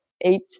eight